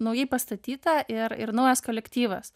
naujai pastatyta ir ir naujas kolektyvas